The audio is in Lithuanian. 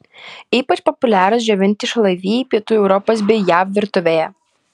ypač populiarūs džiovinti šalavijai pietų europos bei jav virtuvėje